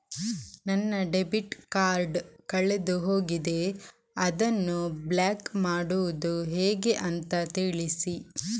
ನನ್ನ debit card ಕಳೆದು ಹೋಗಿದೆ, ಅದನ್ನು ಬ್ಲಾಕ್ ಮಾಡುವುದು ಹೇಗೆ ಅಂತ ತಿಳಿಸಿ?